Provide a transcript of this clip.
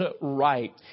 right